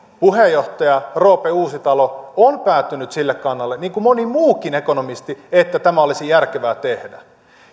puheenjohtaja roope uusitalo on päätynyt sille kannalle niin kuin moni muukin ekonomisti että tämä olisi järkevää tehdä